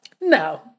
no